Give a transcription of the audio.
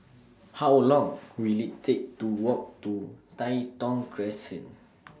How Long Will IT Take to Walk to Tai Thong Crescent